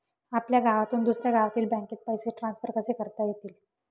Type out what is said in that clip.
आपल्या गावातून दुसऱ्या गावातील बँकेत पैसे ट्रान्सफर कसे करता येतील?